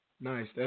Nice